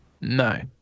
no